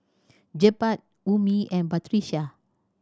Jebat Ummi and Batrisya